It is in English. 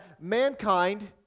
mankind